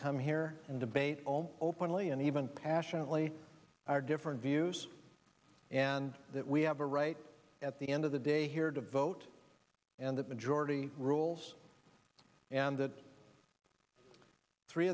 come here and debate all openly and even passionately our different views and that we have a right at the end of the day here to vote and the majority rules and that three